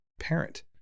parent